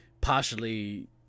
partially